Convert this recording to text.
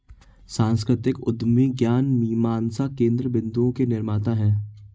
सांस्कृतिक उद्यमी ज्ञान मीमांसा केन्द्र बिन्दुओं के निर्माता हैं